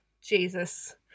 jesus